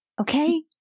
Okay